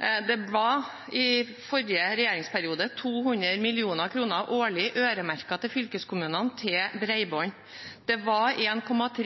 I forrige regjeringsperiode var årlig 200 mill. kr øremerket til fylkeskommunene, til bredbånd. Det var 1,3 mrd. kr